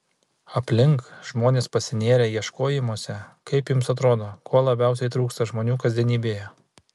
aplink žmonės pasinėrę ieškojimuose kaip jums atrodo ko labiausiai trūksta žmonių kasdienybėje